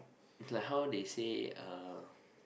it's like how they say